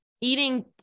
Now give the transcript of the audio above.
eating